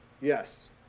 Yes